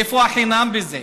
איפה החינם בזה?